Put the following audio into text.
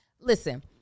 Listen